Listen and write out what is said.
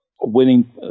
winning